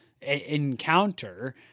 encounter